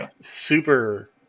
super